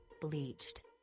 bleached